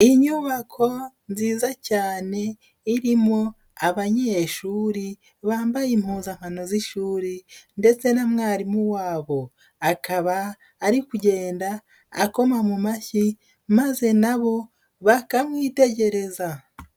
Inyubako nziza cyane irimo abanyeshuri bambaye impuzankano z'ishuri ndetse na mwarimu wabo. Akaba ari kugenda akoma mu mashyi maze nabo bakamwitegereza.